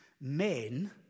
men